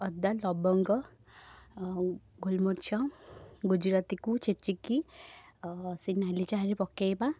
ଅଦା ଲବଙ୍ଗ ଆଉ ଗୋଲମରିଚ ଗୁଜୁରାତିକୁ ଛେଚିକି ଓ ସେଇ ନାଲି ଚାହାରେ ପକେଇବା